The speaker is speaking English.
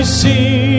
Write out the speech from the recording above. see